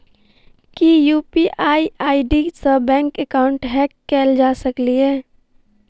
की UPI ID सऽ bank account hack कैल जा सकलिये?